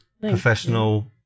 Professional